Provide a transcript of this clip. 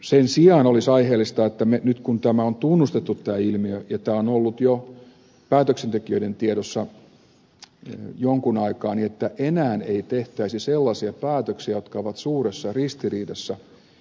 sen sijaan olisi aiheellista että nyt kun on tunnustettu tämä ilmiö ja tämä on ollut päätöksentekijöiden tiedossa jo jonkun aikaa enää ei tehtäisi sellaisia päätöksiä jotka ovat suuressa ristiriidassa